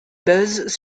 buzz